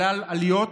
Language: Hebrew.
כלל עליות,